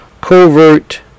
covert